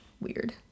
weird